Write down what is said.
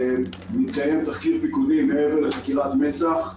מתקיים תחקיר פיקודי מעבר לחקירת מצ"ח.